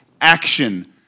action